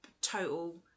total